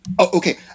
Okay